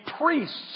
priests